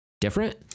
different